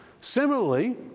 Similarly